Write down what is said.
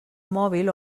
mòbil